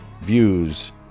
views